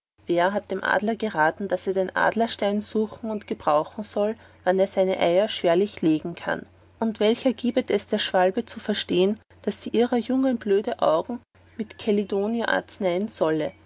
wer hat dem adler geraten daß er den adlerstein suchen und gebrauchen soll wann er seine eier schwerlich legen kann und welcher gibet es der schwalbe zu verstehen daß sie ihrer jungen blöde augen mit chelidonio arzneien solle